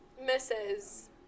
Misses